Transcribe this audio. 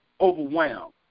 overwhelmed